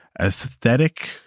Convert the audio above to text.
aesthetic